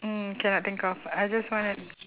mm cannot think of I just wanna